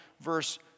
verse